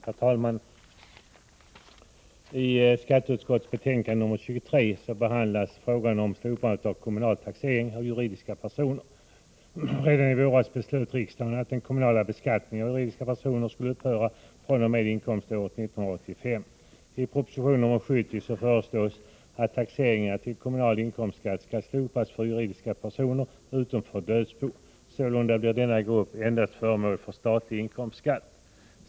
Herr talman! I skatteutskottets betänkande nr 23 behandlas frågan om slopandet av kommunal taxering av juridiska personer. Redan i våras beslöt riksdagen att den kommunala beskattningen av juridiska personer skulle upphöra fr.o.m. inkomståret 1985. I proposition nr 70 föreslås att taxeringen till kommunal inkomstskatt skall slopas för juridiska personer utom för dödsbon. Sålunda blir denna grupp endast föremål för statlig inkomstskatt.